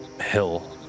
hill